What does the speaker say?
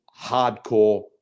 hardcore